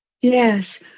Yes